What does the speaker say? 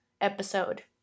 episode